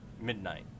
Midnight